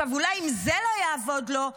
אם זה לא יעבוד לו,